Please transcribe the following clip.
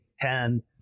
Ten